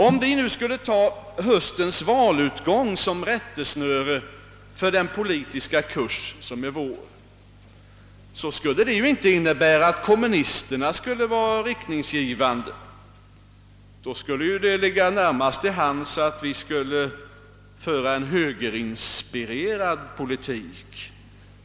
Om vi nu skulle ta höstens valutgång som rättesnöre för den politiska kurs som är vår, skulle det inte innebära att kommunisterna skulle vara riktningsgivande. Då skulle det ligga närmast till hands att vi skulle föra en högerinspirerad politik.